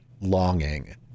longing